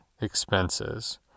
expenses